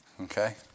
Okay